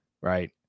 Right